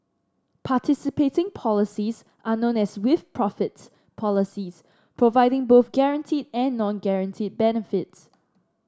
participating policies are known as with profits policies providing both guaranteed and non guaranteed benefits